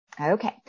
Okay